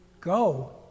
Go